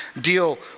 deal